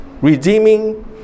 redeeming